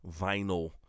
vinyl